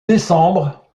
décembre